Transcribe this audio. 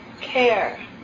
care